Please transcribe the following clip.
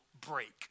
break